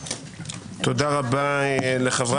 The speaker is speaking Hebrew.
תודה רבה לחברת הכנסת.